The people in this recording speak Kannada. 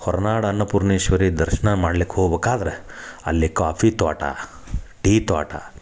ಹೊರ್ನಾಡು ಅನ್ನಪೂರ್ಣೇಶ್ವರಿ ದರ್ಶನ ಮಾಡ್ಲಿಕ್ ಹೋಗ್ಬಕಾದ್ರ ಅಲ್ಲಿ ಕಾಫಿ ತೋಟ ಟೀ ತೋಟ